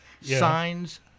signs